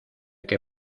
que